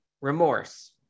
remorse